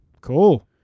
Cool